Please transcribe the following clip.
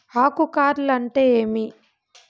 ఆకు కార్ల్ అంటే ఏమి?